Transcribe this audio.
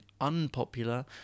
unpopular